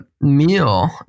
meal